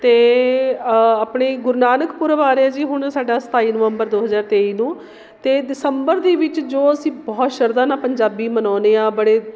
ਅਤੇ ਆਪਣੇ ਗੁਰੂ ਨਾਨਕ ਪੁਰਬ ਆ ਰਿਹਾ ਜੀ ਹੁਣ ਸਾਡਾ ਸਤਾਈ ਨਵੰਬਰ ਦੋ ਹਜ਼ਾਰ ਤੇਈ ਨੂੰ ਅਤੇ ਦਸੰਬਰ ਦੇ ਵਿੱਚ ਜੋ ਅਸੀਂ ਬਹੁਤ ਸ਼ਰਧਾ ਨਾਲ ਪੰਜਾਬੀ ਮਨਾਉਂਦੇ ਹਾਂ ਬੜੇ